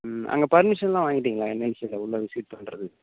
ம் அங்கே பெர்மிஷன்லாம் வாங்கிட்டீங்களா என்எல்சியில் உள்ளே விசிட் பண்ணுறதுக்கு